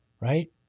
right